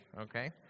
okay